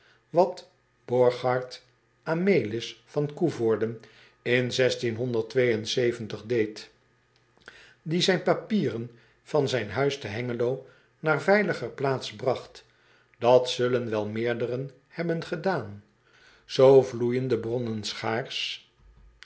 at orchard melis van oeverden in deed die zijn papieren van zijn huis te engelo naar veiliger plaats bragt dat zullen wel meerderen hebben gedaan oo vloeijen de bronnen schaars